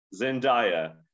Zendaya